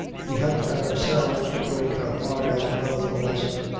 we helped ourselves to break her heart, as well as the rest.